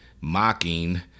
mocking